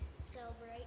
Celebrate